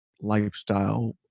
lifestyle